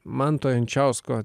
manto jančiausko